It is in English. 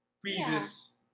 previous